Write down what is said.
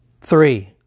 Three